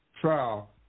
trial